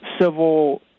civil